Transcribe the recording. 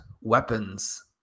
weapons